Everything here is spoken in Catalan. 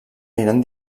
eren